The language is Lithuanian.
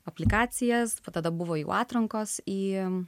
aplikacijas po tada buvo jau atrankos į